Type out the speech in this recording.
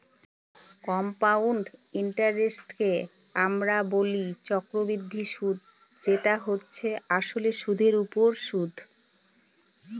compound ইন্টারেস্টকে আমরা বলি চক্রবৃদ্ধি সুদ যেটা হচ্ছে আসলে সুধের ওপর সুদ